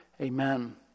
Amen